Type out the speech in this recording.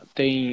tem